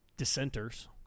dissenters